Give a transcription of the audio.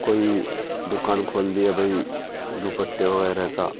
کوئی دکان کھول دیا بھئی دوپٹے وغیرہ کا